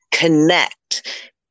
connect